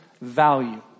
value